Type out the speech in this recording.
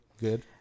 Good